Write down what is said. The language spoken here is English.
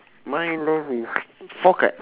mine left with four card